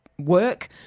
Work